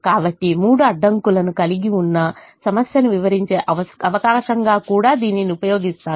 కాబట్టి 3 అడ్డంకులను కలిగి ఉన్న సమస్యను వివరించే అవకాశంగా కూడా దీనిని ఉపయోగిస్తాను